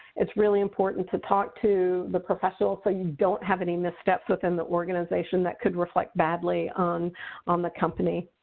it's really important to talk to the professional so you don't have any missteps within the organization that could reflect badly on on the company.